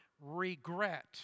regret